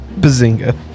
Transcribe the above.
Bazinga